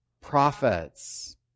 prophets